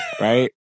right